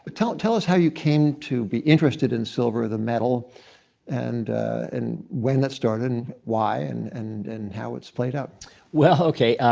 tell tell us how you came to be interested in silver or the metal and and when that started and why and and and how it's played out. bf well, ok.